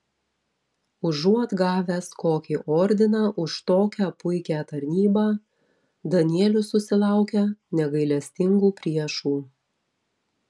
užuot gavęs kokį ordiną už tokią puikią tarnybą danielius susilaukia negailestingų priešų